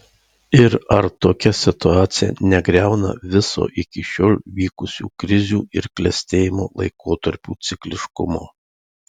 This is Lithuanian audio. ir ar tokia situacija negriauna viso iki šiol vykusių krizių ir klestėjimo laikotarpių cikliškumo